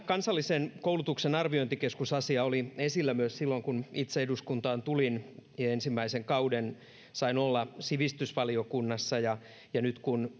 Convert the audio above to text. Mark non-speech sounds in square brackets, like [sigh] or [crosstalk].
kansallisen koulutuksen arviointikeskuksen asia oli esillä myös silloin kun itse eduskuntaan tulin ensimmäisen kauden sain olla sivistysvaliokunnassa ja ja nyt kun [unintelligible]